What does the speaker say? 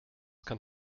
kann